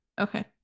okay